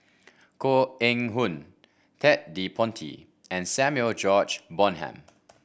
Koh Eng Hoon Ted De Ponti and Samuel George Bonham